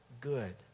good